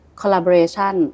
collaboration